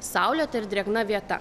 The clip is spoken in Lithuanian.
saulėta ir drėgna vieta